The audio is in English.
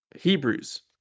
Hebrews